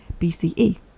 BCE